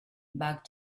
back